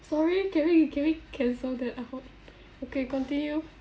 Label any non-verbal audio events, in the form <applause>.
sorry can we can we cancel that I hope <breath> okay continue